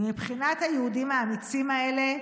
מבחינת היהודים האמיצים האלה,